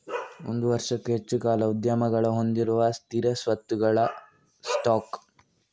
ಒಂದು ವರ್ಷಕ್ಕೂ ಹೆಚ್ಚು ಕಾಲ ಉದ್ಯಮಗಳು ಹೊಂದಿರುವ ಸ್ಥಿರ ಸ್ವತ್ತುಗಳ ಸ್ಟಾಕ್